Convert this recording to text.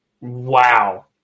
wow